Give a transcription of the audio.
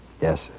Yes